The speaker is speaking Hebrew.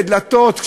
בדלתות,